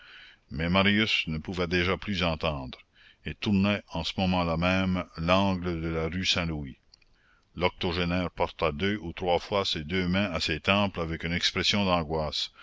mais marius ne pouvait déjà plus entendre et tournait en ce moment-là même l'angle de la rue saint-louis l'octogénaire porta deux ou trois fois ses deux mains à ses tempes avec une expression d'angoisse